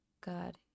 God